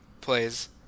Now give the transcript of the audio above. plays